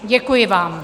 Děkuji vám.